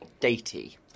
datey